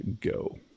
go